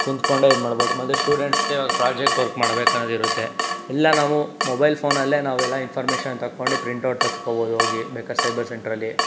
ಕುಂತ್ಕೊಂಡೆ ಇದು ಮಾಡ್ಬೋದು ಮತ್ತು ಸ್ಟೂಡೆಂಟ್ಸ್ಗೆ ಈವಾಗ ಪ್ರಾಜೆಕ್ಟ್ ವರ್ಕ್ ಮಾಡ್ಬೇಕನ್ನೋದಿರತ್ತೆ ಇಲ್ಲ ನಾವು ಮೊಬೈಲ್ ಫೋನಲ್ಲೇ ನಾವೆಲ್ಲ ಇನ್ಫಾರ್ಮೇಷನ್ ತಕ್ಕೊಂಡು ಪ್ರಿಂಟ್ಔಟ್ ತಗ್ಸ್ಕೋಬೋದು ಹೋಗಿ ಬೇಕಾರ ಸೈಬರ್ ಸೆಂಟರಲ್ಲಿ